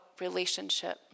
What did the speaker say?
relationship